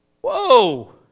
whoa